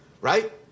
Right